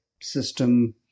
system